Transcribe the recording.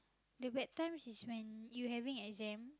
the bad times is when you having exam